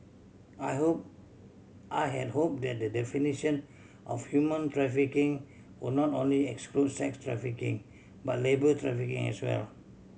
I hope I had hope that the definition of human trafficking would not only include sex trafficking but labour trafficking as well